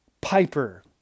Piper